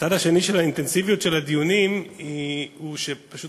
הצד השני של האינטנסיביות של הדיונים הוא שפשוט